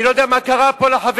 אני לא יודע מה קרה פה לחברים.